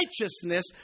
righteousness